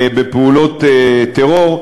בפעולות טרור,